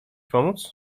pomóc